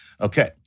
Okay